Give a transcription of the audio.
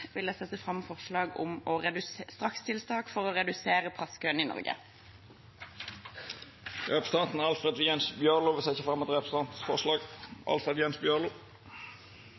vil jeg sette fram et forslag om strakstiltak for å redusere passkøene i Norge. Representanten Alfred Jens Bjørlo vil setja fram eit